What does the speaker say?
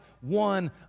one